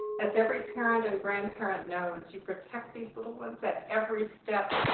as every parent and grandparent knows, you protect these little ones at every step,